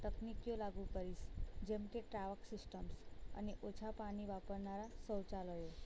તકનિકીઓ લાગુ કરીશ જેમકે ટાવક સિસ્ટમ અને ઓછા પાણી વાપરનારા શૌચાલયો